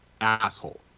asshole